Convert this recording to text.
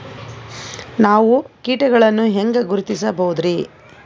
ನಾವು ಕೀಟಗಳನ್ನು ಹೆಂಗ ಗುರುತಿಸಬೋದರಿ?